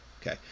okay